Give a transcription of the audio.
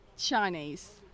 Chinese